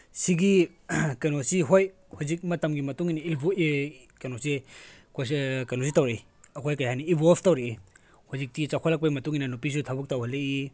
ꯁꯤꯒꯤ ꯀꯩꯅꯣꯁꯤ ꯍꯣꯏ ꯍꯧꯖꯤꯛ ꯃꯇꯝꯒꯤ ꯃꯇꯨꯡꯏꯟꯅ ꯀꯩꯅꯣꯁꯦ ꯑꯩꯈꯣꯏꯁꯦ ꯀꯩꯅꯣꯁꯦ ꯇꯧꯔꯛꯏ ꯑꯩꯈꯣꯏ ꯀꯔꯤ ꯍꯥꯏꯅꯤ ꯏꯚꯣꯜꯐ ꯇꯧꯔꯤꯅꯤ ꯍꯧꯖꯤꯛꯇꯤ ꯆꯥꯎꯈꯠꯂꯛꯄꯒꯤ ꯃꯇꯨꯡꯏꯟꯅ ꯅꯨꯄꯤꯁꯨ ꯊꯕꯛ ꯇꯧꯍꯜꯂꯛꯏ